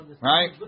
Right